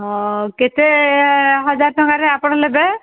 ହଁ କେତେ ହଜାର ଟଙ୍କାରେ ଆପଣ ନେବେ